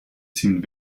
seemed